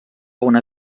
una